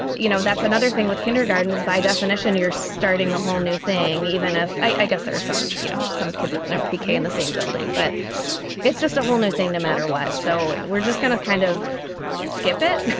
you know, that's another thing with kindergarten is by definition, you're starting a whole new thing, even if i guess there are some, you know, some kids up and in pre-k in the same building, but it's just a whole new thing no matter what. so we're just going to kind of skip it,